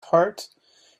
heart